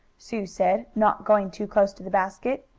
sue said, not going too close to the basket.